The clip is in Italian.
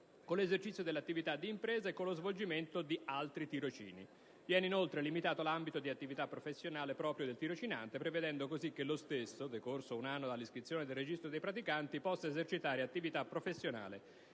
con l'esercizio dell'attività di impresa e con lo svolgimento anche di altri tirocini; viene inoltre limitato l'ambito di attività professionale proprio del tirocinante, prevedendo così che lo stesso, decorso un anno dall'iscrizione nel registro dei praticanti, possa esercitare attività professionale